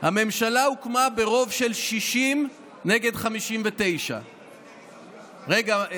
הממשלה הוקמה ברוב של 60 נגד 59. רגע,